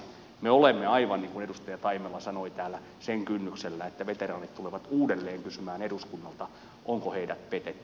me olemme aivan niin kuin edustaja taimela sanoi täällä sen kynnyksellä että veteraanit tulevat uudelleen kysymään eduskunnalta onko heidät petetty